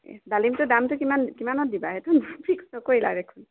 ডালিমটো দামটো কিমান কিমানত দিবা সেইটো ফিক্স নকৰিলা দেখোন